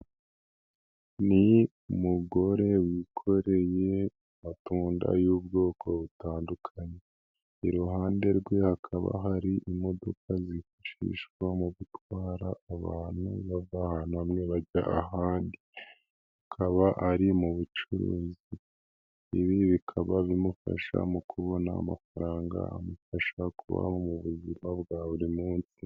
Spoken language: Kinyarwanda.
Ni umugore wikoreye amatunda y'ubwoko butandukanye, iruhande rwe hakaba hari imodoka zifashishwa mu gutwara abantu bava ahantu hamwe bajya ahandi, akaba ari mu bucuruzi ibi bikaba bimufasha mu kubona amafaranga amufasha kubaho mu buzima bwa buri munsi.